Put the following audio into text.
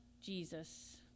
Jesus